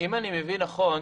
אם אני מבין נכון